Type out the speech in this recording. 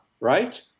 right